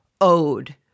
owed